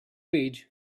page